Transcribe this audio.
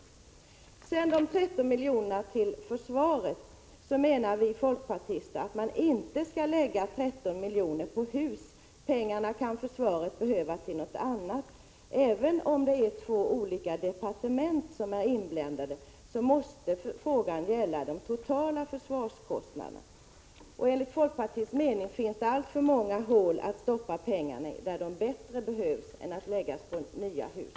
Beträffande de 13 miljonerna till försvaret menar vi folkpartister att man inte skall lägga 13 miljoner på hus. Pengarna kan försvaret behöva till något annat. Även om det är två olika departement som är inblandade måste frågan gälla de totala försvarskostnaderna. Enligt folkpartiets mening finns det alltför många hål att stoppa pengarna i, där de bättre behövs än att läggas på nya hus.